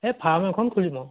এই ফাৰ্ম এখন খুলিম আৰু